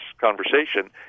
conversation